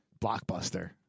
Blockbuster